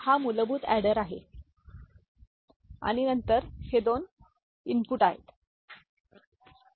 हा मूलभूत अॅडर आहे 83 748383 आणि नंतर हे २ इनपुट आहेत बरोबर